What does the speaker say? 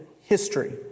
history